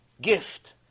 gift